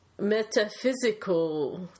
metaphysical